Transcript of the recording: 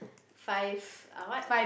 five ah what